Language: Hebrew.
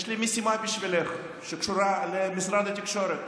יש לי משימה בשבילך שקשורה למשרד התקשורת.